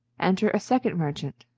enter a second merchant.